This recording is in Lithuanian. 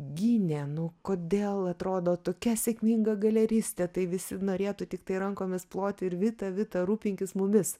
gynė nu kodėl atrodo tokia sėkminga galeristė tai visi norėtų tiktai rankomis ploti ir vita vita rūpinkis mumis